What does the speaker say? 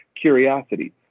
curiosity